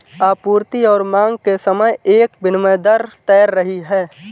आपूर्ति और मांग के समय एक विनिमय दर तैर रही है